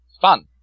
fun